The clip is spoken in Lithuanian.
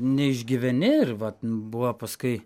neišgyveni ir vat buvo paskui